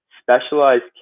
specialized